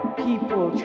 people